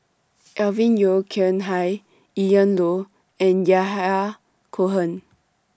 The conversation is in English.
Alvin Yeo Khirn Hai Ian Loy and Yahya Cohen